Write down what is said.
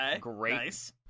great